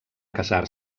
casar